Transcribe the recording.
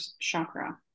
chakra